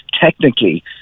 technically